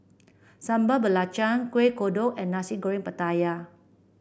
Sambal Belacan Kuih Kodok and Nasi Goreng Pattaya